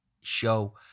show